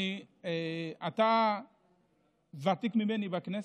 אתה ותיק ממני בכנסת.